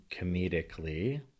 comedically